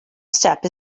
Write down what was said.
step